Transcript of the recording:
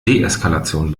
deeskalation